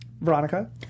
Veronica